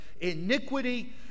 iniquity